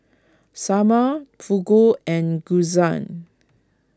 Sambar Fugu and Gyoza